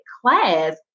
class